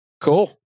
Cool